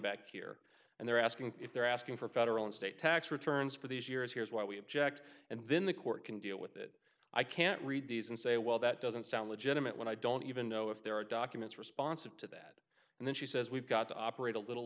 back here and they're asking if they're asking for federal and state tax returns for these years here is why we object and then the court can deal with that i can't read these and say well that doesn't sound legitimate when i don't even know if there are documents responsive to that and then she says we've got to operate a little